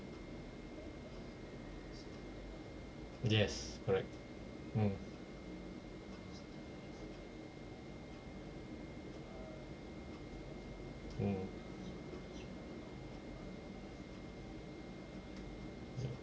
yes correct mm mm mm